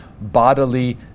bodily